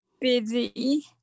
busy